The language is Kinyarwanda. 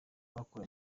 bakoranye